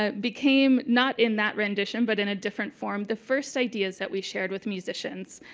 ah became not in that rendition, but in a different form the first ideas that we shared with musicians